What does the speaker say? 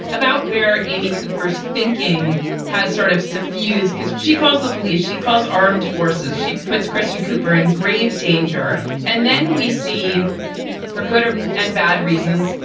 about where amy cooper's thinking has sort of suffused because she calls the police, she calls armed forces. she puts christin cooper in grave danger. and then we see for good and and bad reasons.